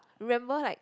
remember like